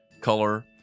color